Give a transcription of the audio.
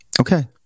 Okay